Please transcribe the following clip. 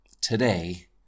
today